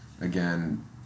again